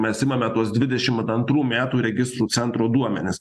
mes imame tuos dvidešim antrų metų registrų centro duomenis